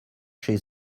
chez